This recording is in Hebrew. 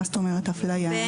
מה זאת אומרת אפליה?